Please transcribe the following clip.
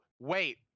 wait